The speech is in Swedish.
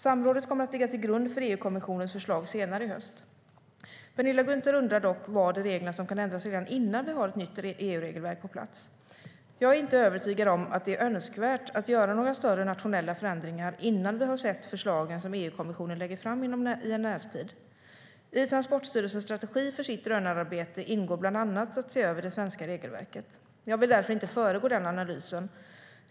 Samrådet kommer att ligga till grund för EU-kommissionens förslag senare i höst. Penilla Gunther undrade dock vad i reglerna som kan ändras redan innan vi har ett nytt EU-regelverk på plats. Jag är inte övertygad om att det är önskvärt att göra några större nationella förändringar innan vi har sett förslagen som EU-kommissionen lägger fram i en närtid. I Transportstyrelsens strategi för sitt drönararbete ingår bland annat att se över det svenska regelverket. Jag vill därför inte föregå den analysen.